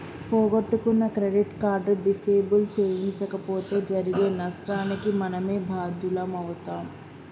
పోగొట్టుకున్న credit card disable చేయించకపోతే జరిగే నష్టానికి మనమే బాధ్యులమవుతం